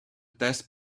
test